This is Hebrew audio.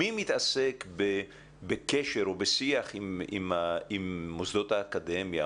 מי מתעסק בקשר או בשיח עם מוסדות האקדמיה,